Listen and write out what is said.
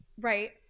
right